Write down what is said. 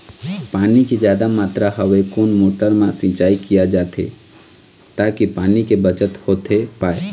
पानी के जादा मात्रा हवे कोन मोटर मा सिचाई किया जाथे ताकि पानी के बचत होथे पाए?